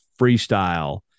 freestyle